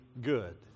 good